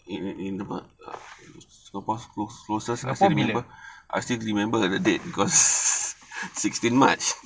singapore bila